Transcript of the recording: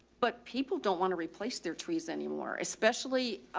but people don't want to replace their trees anymore, especially,